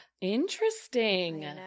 Interesting